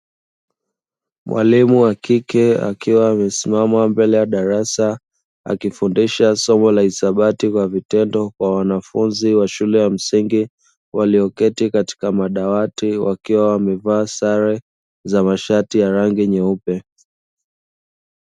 Mwalimu wa kike akiwa amesimama mbele ya darasa akifundisha somo la hisabati kwa vitendo kwa wanafunzi wa shule ya msingi, walioketi katika madawati, wakiwa wamevaa sare za mashati ya rangi nyeupe.